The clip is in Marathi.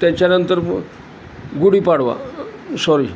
त्याच्यानंतर गुढीपाडवा सॉरी